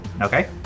Okay